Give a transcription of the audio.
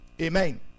Amen